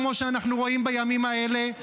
כמו שאנחנו רואים בימים האלה.